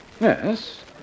Yes